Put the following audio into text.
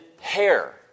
hair